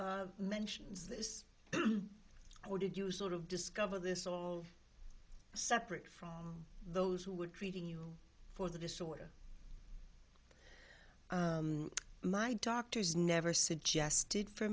mass mentions this or did you sort of discover this all separate from those who were treating you for the disorder my doctors never suggested for